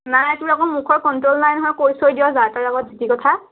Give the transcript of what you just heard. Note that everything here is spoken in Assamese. নাই তোৰ আকৌ মুখৰ কন্ত্ৰল নাই নহয় কৈ চৈ দিয় যাৰ তাৰ আগত যি টি কথা